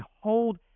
hold